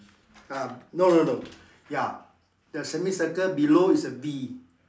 uh no no no ya the semicircle below is a B